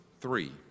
three